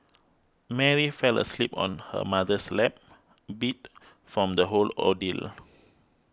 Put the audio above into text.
Mary fell asleep on her mother's lap beat from the whole ordeal